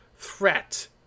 threat